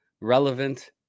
relevant